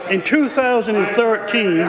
in two thousand and thirteen